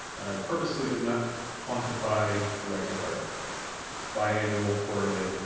purposely did not quantify regular biannual, quarterly,